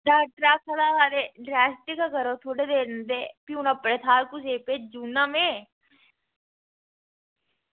डॉक्टरै आक्खे दा हा कि रेस्ट गै करो थोह्ड़े दिन ते फ्ही हून अपने थाह्र कुसै गी भेजी ओड़ना में